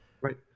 Right